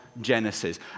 Genesis